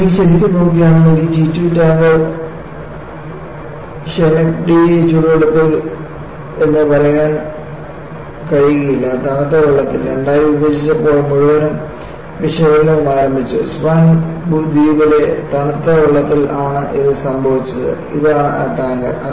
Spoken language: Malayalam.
നിങ്ങൾ ശരിക്കും നോക്കുകയാണെങ്കിൽ ഈ T 2 ടാങ്കർ ഷെനെക്ടഡി ചൂടുള്ള വെള്ളത്തിൽ എന്ന് പറയാൻ പറ്റില്ല തണുത്ത വെള്ളത്തിൽ രണ്ടായി വിഭജിച്ചപ്പോൾ മുഴുവൻ വിശകലനവും ആരംഭിച്ചു സ്വാൻ ദ്വീപിലെ തണുത്ത വെള്ളത്തിൽ ആണ് ഇത് സംഭവിച്ചത് ഇതാണ് ആ ടാങ്കർ